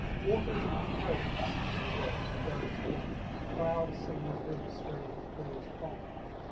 water is a key presence in the work in various forms, cloud, seas, rivers, streams, pools, ponds.